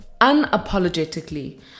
unapologetically